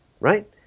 right